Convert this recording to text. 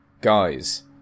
guys